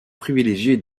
privilégiés